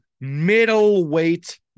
middleweight